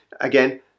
Again